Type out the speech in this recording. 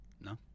No